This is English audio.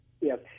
Yes